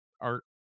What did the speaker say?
art